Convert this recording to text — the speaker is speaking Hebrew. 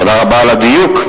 תודה רבה על הדיוק.